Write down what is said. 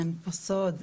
אין פה סוד,